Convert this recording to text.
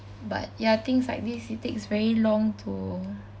but ya things like this it takes very long to